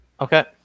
Okay